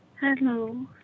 Hello